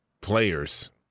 players